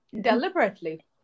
deliberately